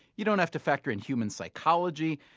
you don't have to factor in human psychology.